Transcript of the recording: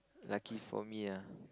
lucky for me ah